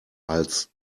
als